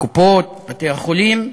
הקופות, בתי-החולים,